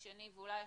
השני ואולי השלישי,